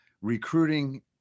Recruiting